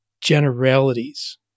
generalities